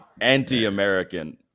anti-american